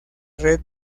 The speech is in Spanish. red